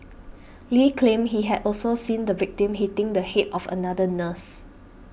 Lee claimed he had also seen the victim hitting the head of another nurse